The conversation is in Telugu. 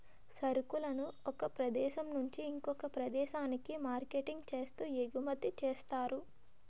సరుకులను ఒక ప్రదేశం నుంచి ఇంకొక ప్రదేశానికి మార్కెటింగ్ చేస్తూ ఎగుమతి చేస్తారు